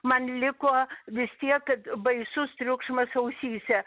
man liko vis tiek baisus triukšmas ausyse